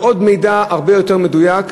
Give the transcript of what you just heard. יש עוד מידע הרבה יותר מדויק.